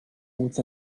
with